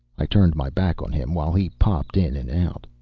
i turned my back on him while he popped in and out.